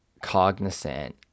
cognizant